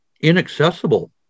inaccessible